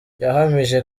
yahamije